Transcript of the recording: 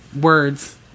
words